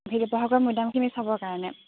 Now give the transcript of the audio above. শিৱসাগৰৰ মৈদামখিনি চাবৰ কাৰণে